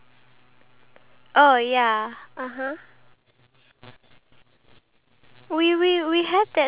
I don't know I think they just want to get rid of the fridge so they throw the the the fridge into that shredder thingy